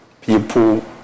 people